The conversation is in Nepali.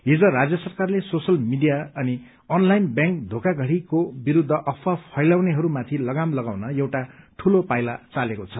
हिज राज्य सरकारले सोशल मीडिया अनि अनलाइन ब्यांक योकाधडीको विरूद्ध अफवाह फैलाउनेहरूमाथि लगाम लगाउन एउटा टूलो पाइला चालेको छ